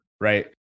right